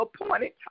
appointed